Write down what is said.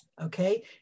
okay